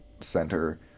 center